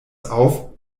auf